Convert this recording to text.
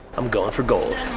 i'm going for gold.